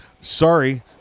sorry